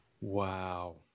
Wow